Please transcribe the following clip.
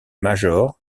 majors